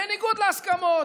בניגוד להסכמות,